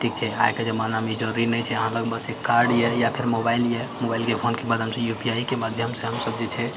ठीक छै आइके जमानामे ई जरुरी नहि छै अहाँ लग बस एक कार्ड यऽ या फेर मोबाइल यऽ मोबाइलके फोनके माध्यमसँ यूपीआइके माध्यमसँ हमसब जे छै